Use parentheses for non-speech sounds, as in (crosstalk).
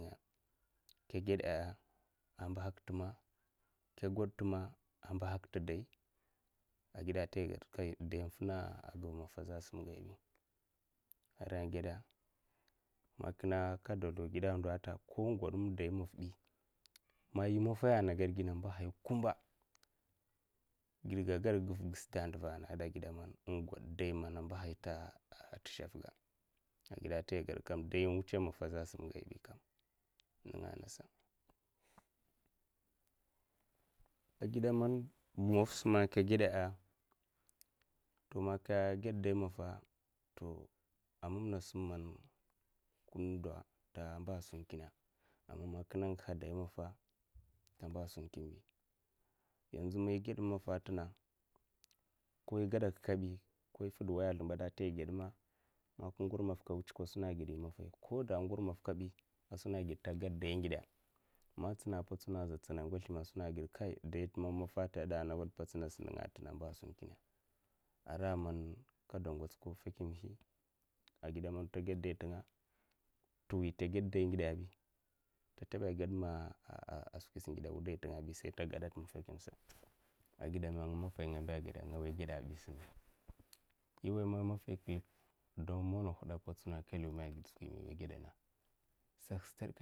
Ka geda'a a mbahak timma kaged timma a mbahak tidai a gedata ai ged dai infina dai maffa a zha simgayabi ara geda akada sldaw gida ando ta ko in man gwad mim dai maffbi ma yi maffaiya ana ged gina a mbahaya kumba gidga gwad gisda a ndiva a gida mam ingwad dai mana imbla'a, t'sheffga ninga nasa a geda man maffsa man ka geda'a tumaka ged dai maffa to a mamnasi kum ndota mba sun kina man kina ngiha dai maffa tamba sunkinbi yonzu mai ged mim maffa ko igedaka kabi ko ifid waya a sldambad ta suna a ged ma ka naur maffa ka wutsa ka suna a gid ta gud dai ngide tsana potsuna kaza tsana ngwaslim a suna gid kai dai takam mam maffa a ta geda (hesitation) ninga tina a mba sun kina ara man ka de gwats fiekmhi man ta geda dai tinga'a tiwi ta geda daingidabi ta teba ged ma skwisa ngida a wudai tmga'abi a gedame nga ngi maffai ngawai geda bisime. iwai mana maffai klik do mona hoda a potsuna a ka law ma ged skwi mai gedana sakstad.